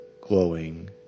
glowing